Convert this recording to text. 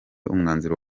umwanzuro